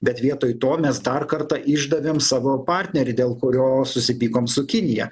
bet vietoj to mes dar kartą išdavėm savo partnerį dėl kurio susipykom su kinija